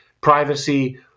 privacy